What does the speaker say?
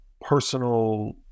personal